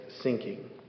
sinking